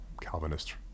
Calvinist